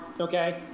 okay